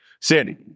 Sandy